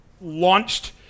launched